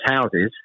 houses